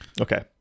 Okay